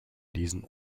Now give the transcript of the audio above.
diesen